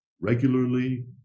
regularly